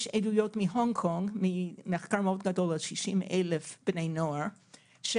יש עדויות ממחקר על 60,000 בני נוער בהונג קונג